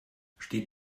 steht